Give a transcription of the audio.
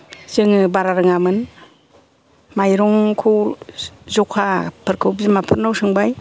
जोङो बारा रोङामोन माइरंखौ जखाफोरखौ बिमाफोरनाव सोंबाय